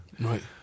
right